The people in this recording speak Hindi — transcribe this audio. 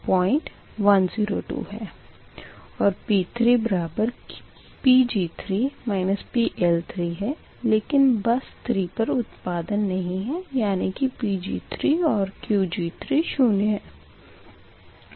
और P3 Pg3 PL3 है लेकिन बस 3 पर उत्पादन नहीं है यानी कि Pg3 and Qg3 शून्य है